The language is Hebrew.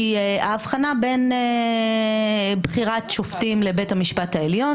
ההבחנה בין בחירת שופטים לבית המשפט העליון